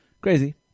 Crazy